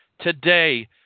today